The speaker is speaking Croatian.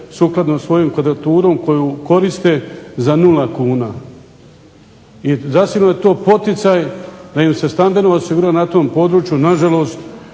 sukladno svojom kvadraturom koju koriste za 0 kuna. I zasigurno je to poticaj da im se standardno osigura na tom području, na žalost